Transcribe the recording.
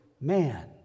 man